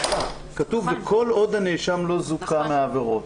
כתוב: וכל עוד הנאשם לא זוכה מהעבירות.